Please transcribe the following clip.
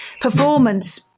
performance